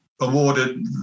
awarded